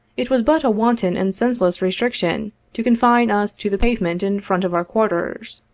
it was but a wanton and senseless restriction to confine us to the pavement in front of our quarters.